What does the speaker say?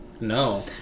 no